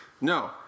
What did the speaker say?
No